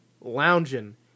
lounging